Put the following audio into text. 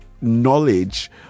knowledge